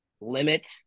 limit